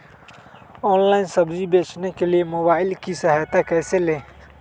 Online सब्जी बेचने के लिए मोबाईल की सहायता कैसे ले?